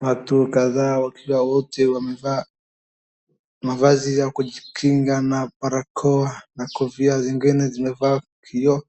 watu kadhaa wakiwa wote wamevaa mavazi ya kujikinga na barakoa na kofia zingine zimevaa kioo.